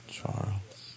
Charles